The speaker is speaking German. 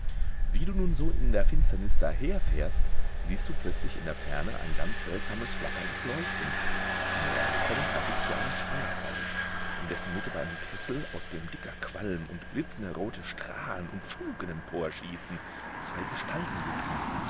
wie du nun so in der finsternis daherfährst siehst du plötzlich in der ferne ein ganz seltsames flackerndes leuchten näher gekommen erblickst du einen feuerreif in dessen mitte bei einem kessel aus dem dicker qualm und blitzende rote strahlen und funken emporschießen zwei gestalten sitzen